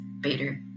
Bader